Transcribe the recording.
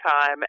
time